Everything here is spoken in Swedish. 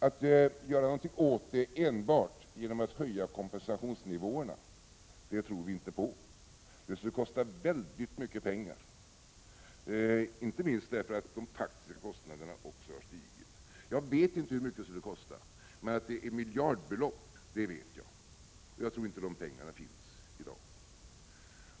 Att göra något åt det enbart genom att höja kompensationsnivåerna tror vi inte på. Det skulle kosta väldigt mycket pengar, inte minst därför att de faktiska kostnaderna också har stigit. Jag vet inte hur mycket det skulle kosta, men att det handlar om miljardbelopp vet jag. Jag tror inte att dessa pengar finns i dag.